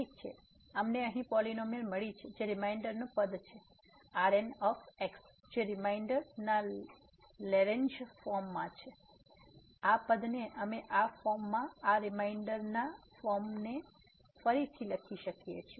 ઠીક છે અમને અહીં પોલીનોમીઅલ મળી છે જે રીમાઈન્ડર પદ છે Rn જે રીમાઈન્ડરના લેરેંજ ફોર્મ છે આ પદને અમે આ ફોર્મમાં આ રીમાઈન્ડરના ફોર્મને ફરીથી લખી શકીએ છીએ